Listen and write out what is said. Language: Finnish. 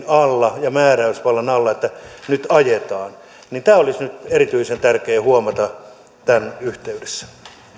alla ja määräysvallan alla että nyt ajetaan tämä olisi nyt erityisen tärkeää huomata tämän yhteydessä